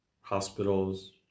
hospitals